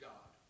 God